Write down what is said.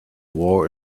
war